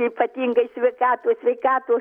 ypatingai sveikatos sveikatos